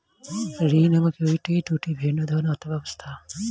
ঋণ এবং ইক্যুইটি দুটি ভিন্ন ধরনের অর্থ ব্যবস্থা